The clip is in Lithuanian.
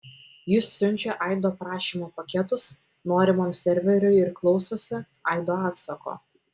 jis siunčia aido prašymo paketus norimam serveriui ir klausosi aido atsako